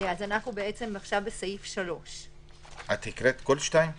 אנחנו עכשיו בסעיף 3. את קראת את כל סעיף 2?